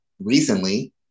recently